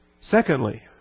Secondly